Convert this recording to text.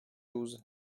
douze